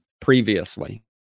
previously